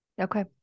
Okay